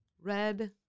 Red